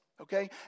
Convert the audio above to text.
okay